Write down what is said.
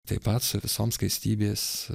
taip pat su visom skaistybės